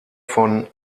von